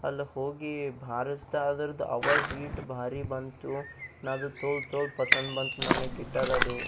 ಅಲ್ಲಿ ಹೋಗಿ ಬಾರಿಸ್ದೆ ಅದ್ರ್ದು ಆವಾಜ್ ಈಟು ಭಾರಿ ಬಂತು ನಾ ಅದು ತೋಲು ತೋಲು ಪಸಂದ್ ಬಂತು ನನಗೆ ಗಿಟಾರದು